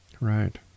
Right